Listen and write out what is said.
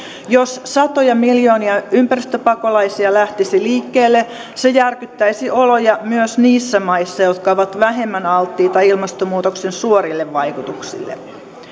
jos satoja miljoonia ympäristöpakolaisia lähtisi liikkeelle se järkyttäisi oloja myös niissä maissa jotka ovat vähemmän alttiita ilmastonmuutoksen suorille vaikutuksille